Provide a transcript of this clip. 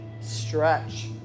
stretch